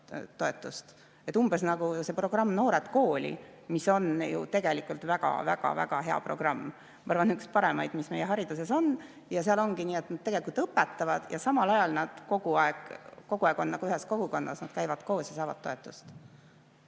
toetust. Umbes nagu see programm "Noored kooli", mis on ju tegelikult väga-väga-väga hea programm, ma arvan, et üks paremaid, mis meie hariduses on. Seal ongi nii, et nad tegelikult õpetavad ja samal ajal nad kogu aeg on nagu ühes kogukonnas, nad käivad koos ja saavad toetust.